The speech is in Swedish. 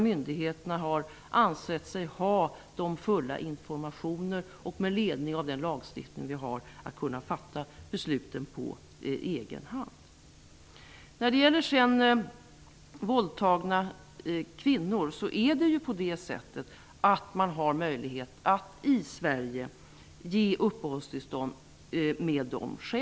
Myndigheterna har ansett sig vara fullt informerade och med ledning av den lagstiftning som vi har kunna fatta besluten på egen hand. När det sedan gäller kvinnor som blivit våldtagna har man möjlighet att i Sverige ge uppehållstillstånd på sådana skäl.